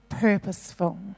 purposeful